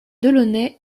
delaunay